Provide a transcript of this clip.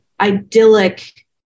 idyllic